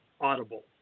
audible